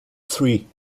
three